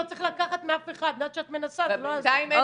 לא צריך לקחת מאף אחד --- בינתיים אין